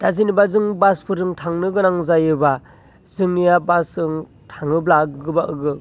दा जेनेबा जों बासफोरजों थांनो गोनां जायोबा जोंनिया बासजों थाङोब्ला गोबां